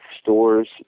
stores